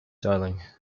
darling